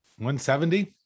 170